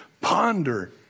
Ponder